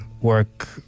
work